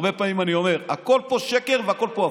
הרבה פעמים אני אומר: הכול פה שקר והכול פה הפוך.